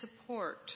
support